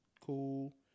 cool